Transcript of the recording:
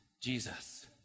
Jesus